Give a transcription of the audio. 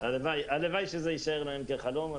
הלוואי שזה יישאר להם חלום.